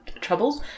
troubles